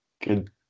good